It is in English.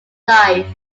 life